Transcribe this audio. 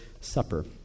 Supper